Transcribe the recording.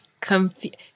confused